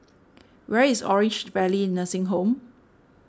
where is Orange Valley Nursing Home